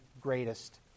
greatest